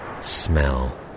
smell